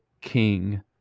king